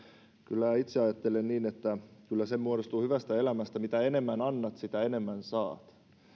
kyllä itse ajattelen niin että kyllä se muodostuu hyvästä elämästä mitä enemmän annat sitä enemmän